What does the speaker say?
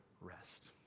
rest